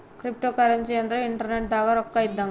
cryptocurrency ಅಂದ್ರ internet ದಾಗ ರೊಕ್ಕ ಇದ್ದಂಗ